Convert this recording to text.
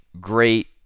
great